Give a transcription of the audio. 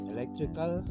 Electrical